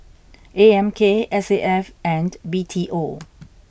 A M K S A F and B T O